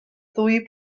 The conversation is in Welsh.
ddwy